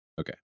Okay